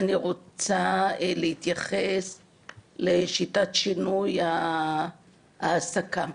אני רוצה להתייחס לשיטת שינוי העסקה.